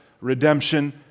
redemption